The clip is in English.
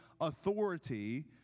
authority